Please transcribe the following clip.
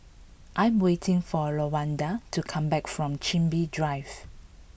I am waiting for Lawanda to come back from Chin Bee Drive